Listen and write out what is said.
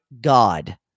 God